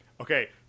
Okay